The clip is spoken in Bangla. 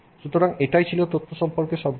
সুতরাং এটাই ছিল তথ্য সম্পর্কে সবকিছু